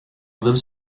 lives